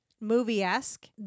movie-esque